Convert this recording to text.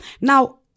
Now